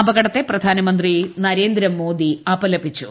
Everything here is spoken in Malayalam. അപകടത്തെ പ്രധാനമന്ത്രി നരേന്ദ്രമോദി അപലപിച്ചു